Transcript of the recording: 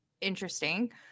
interesting